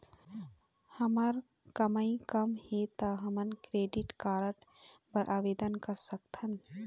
हमर कमाई कम हे ता हमन क्रेडिट कारड बर आवेदन कर सकथन?